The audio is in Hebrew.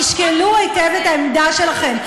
תשקלו היטב את העמדה שלכם.